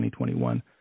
2021